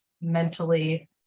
mentally